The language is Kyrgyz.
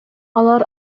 алар